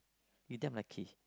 he damn lucky